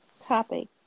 topic